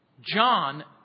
John